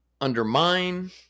undermine